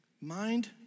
Mind